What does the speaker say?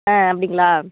ஆ அப்படிங்களா